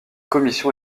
commission